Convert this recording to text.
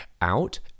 out